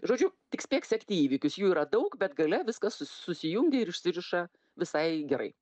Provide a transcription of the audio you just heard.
žodžiu tik spėk sekti įvykius jų yra daug bet gale viskas susijungia ir išsiriša visai gerai